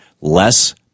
less